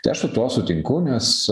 tai aš su tuo sutinku nes